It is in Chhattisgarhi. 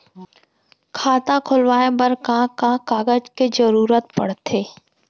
खाता खोलवाये बर का का कागज के जरूरत पड़थे?